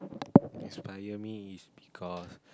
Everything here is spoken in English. inspire me is because